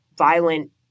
violent